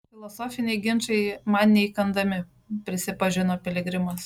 filosofiniai ginčai man neįkandami prisipažino piligrimas